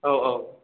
औ औ